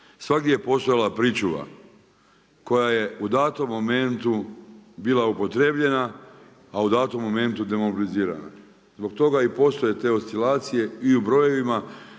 Svagdje je postojala pričuva koja je u datom momentu bila upotrebljena a u datom momentu demobilizirana. Zbog toga i postoje te oscilacije i u brojevima